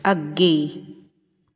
ਅੱਗੇ